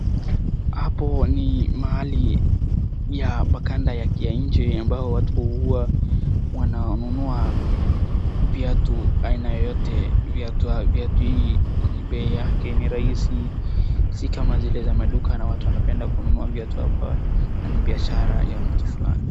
Hapo ni mahali ya kanda ya nje ambayo watu huwa wananunua viatu aina yoyote, viatu hii bei yake ni rahisi si kama zile za maduka na watu wanapenda kununua viatu hapa na ni biashara ya mtu fulani.